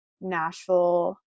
Nashville